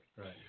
right